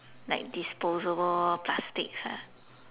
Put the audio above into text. like disposable plastics ah